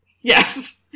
Yes